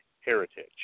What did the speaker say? heritage